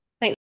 Thanks